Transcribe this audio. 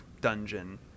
dungeon